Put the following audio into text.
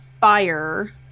Fire